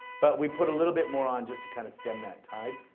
but we put a little bit more on just to kind of stem that tide.